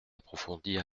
approfondies